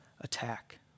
attack